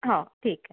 हो ठीक आहे